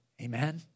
Amen